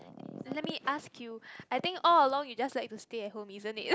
let me ask you I think all along you just like to stay at home isn't it